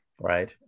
right